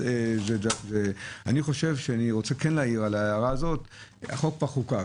אני חושב ורוצה להעיר החוק חוקק,